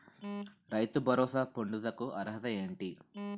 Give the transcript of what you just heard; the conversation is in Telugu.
రైతు భరోసా పొందుటకు అర్హత ఏంటి?